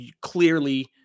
clearly